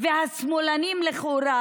והשמאלנים לכאורה,